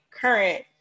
current